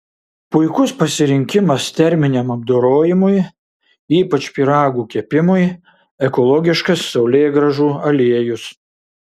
puikus pasirinkimas terminiam apdorojimui ypač pyragų kepimui ekologiškas saulėgrąžų aliejus